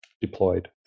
deployed